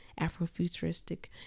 Afrofuturistic